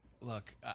Look